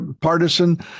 partisan